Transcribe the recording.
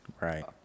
Right